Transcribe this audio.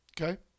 okay